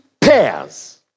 pairs